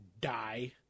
die